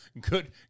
good